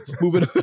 Moving